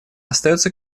остается